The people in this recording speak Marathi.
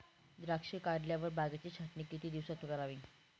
द्राक्षे काढल्यावर बागेची छाटणी किती दिवसात करावी?